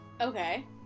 Okay